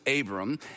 Abram